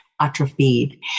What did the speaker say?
atrophied